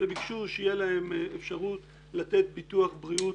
ביקשו שתהיה להם אפשרות לתת ביטוח בריאות